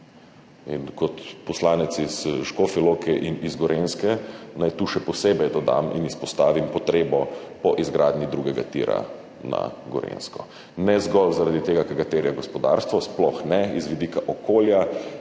Kot poslanec iz Škofje Loke in z Gorenjske naj tu še posebej dodam in izpostavim potrebo po izgradnji drugega tira na Gorenjsko, ne zgolj zaradi tega, ker ga terja gospodarstvo, sploh ne, iz vidika okolja